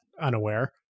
unaware